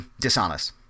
dishonest